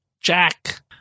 Jack